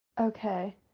Okay